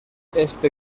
este